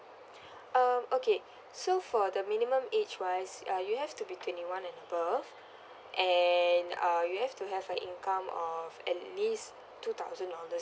um okay so for the minimum age wise uh you have to be twenty one and above and uh you have to have a income of at least two thousand dollars